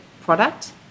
product